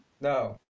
No